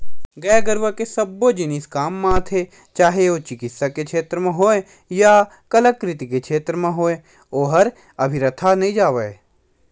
गाय गरुवा के सबो जिनिस काम म आथे चाहे ओ चिकित्सा के छेत्र म होय या कलाकृति के क्षेत्र म होय ओहर अबिरथा नइ जावय